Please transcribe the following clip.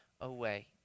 away